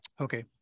Okay